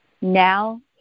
now